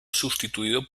sustituido